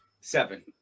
Seven